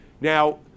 Now